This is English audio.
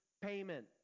payment